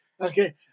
Okay